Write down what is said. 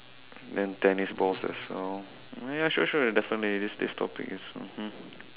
then tennis balls as well ya sure sure definitely this this topic is mmhmm